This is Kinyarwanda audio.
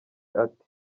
ati